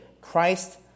Christ